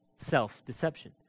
Self-deception